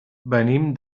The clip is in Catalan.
venim